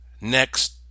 next